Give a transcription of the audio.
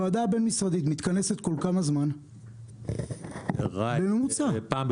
כל כמה זמן בממוצע מתכנסת הוועדה הבין-משרדית?